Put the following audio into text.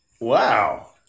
Wow